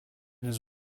his